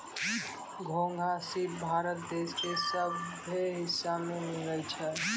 घोंघा, सिप भारत देश के सभ्भे हिस्सा में मिलै छै